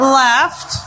left